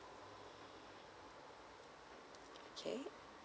okay